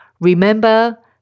Remember